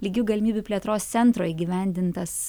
lygių galimybių plėtros centro įgyvendintas